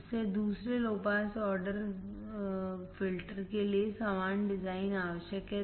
इसलिए दूसरे low pass order filter के लिए समान डिज़ाइन आवश्यक हैं